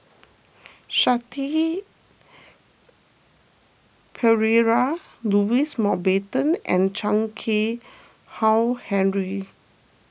Shanti Pereira Louis Mountbatten and Chan Keng Howe Harry